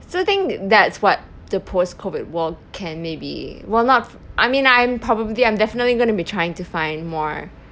so think that's what the post COVID world can maybe well not I mean I'm probably I'm definitely going to be trying to find more